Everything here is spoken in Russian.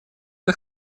это